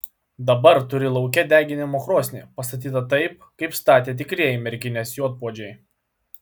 dabar turi lauke degimo krosnį pastatytą taip kaip statė tikrieji merkinės juodpuodžiai